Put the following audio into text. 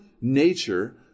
nature